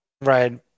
Right